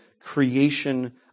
creation